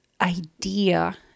idea